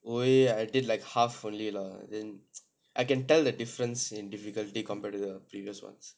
O_A I did like half only lah then I can tell the difference in difficulty compared to the previous ones